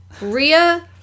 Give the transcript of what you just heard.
Ria